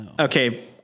Okay